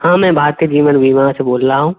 हाँ मैं भारतीय जीवन बीमा से बोल रहा हूँ